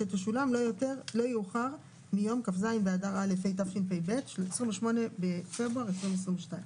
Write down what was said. שתשולם לא יאוחר מיום כ"ז באדר א' התשפ"ב (28 בפברואר 2022)